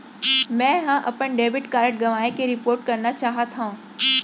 मै हा अपन डेबिट कार्ड गवाएं के रिपोर्ट करना चाहत हव